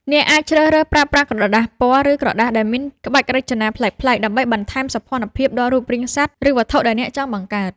អ្នកអាចជ្រើសរើសប្រើប្រាស់ក្រដាសពណ៌ ឬក្រដាសដែលមានក្បាច់រចនាប្លែកៗ ដើម្បីបន្ថែមសោភ័ណភាពដល់រូបរាងសត្វ ឬវត្ថុដែលអ្នកចង់បង្កើត។